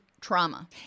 trauma